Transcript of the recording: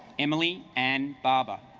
emily and barbra